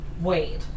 wait